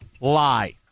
lie